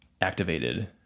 activated